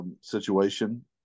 situation